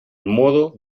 modo